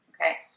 okay